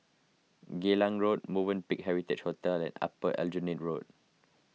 Geylang Road Movenpick Heritage Hotel and Upper Aljunied Road